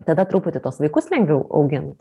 tada truputį tuos vaikus lengviau augint